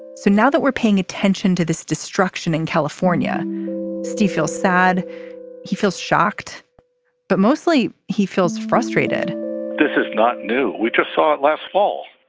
so now that we're paying attention to this destruction in california still feel sad he feels shocked but mostly he feels frustrated this is not new. we just saw it last fall.